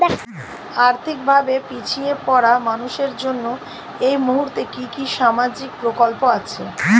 আর্থিক ভাবে পিছিয়ে পড়া মানুষের জন্য এই মুহূর্তে কি কি সামাজিক প্রকল্প আছে?